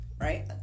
right